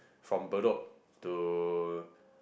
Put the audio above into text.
from Bedok to